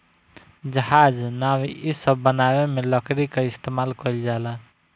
जहाज, नाव इ सब बनावे मे भी लकड़ी क इस्तमाल कइल जाला